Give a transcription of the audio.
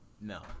No